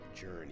journey